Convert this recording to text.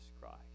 Christ